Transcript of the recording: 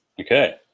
Okay